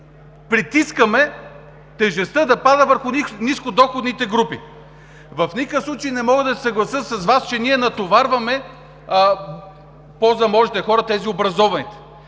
притискаме тежестта да пада върху нискодоходните групи. В никакъв случай не мога да се съглася с Вас, че ние натоварваме по-заможните хора – тези, образованите.